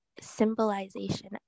symbolization